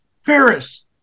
Ferris